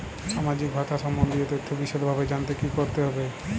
সামাজিক ভাতা সম্বন্ধীয় তথ্য বিষদভাবে জানতে কী করতে হবে?